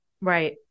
Right